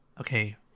Okay